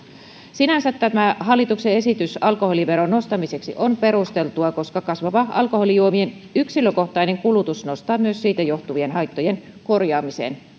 sinänsä tämä hallituksen esitys alkoholiveron nostamiseksi on perusteltua koska kasvava alkoholijuomien yksilökohtainen kulutus nostaa myös siitä johtuvien haittojen korjaamisen